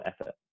effort